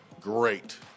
great